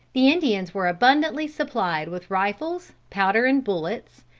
the indians were abundantly supplied with rifles, powder and bullets,